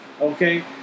Okay